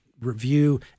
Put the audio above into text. review